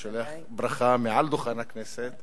אני שולח ברכה מעל דוכן הכנסת